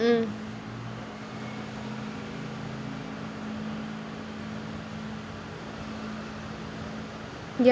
mm